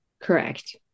Correct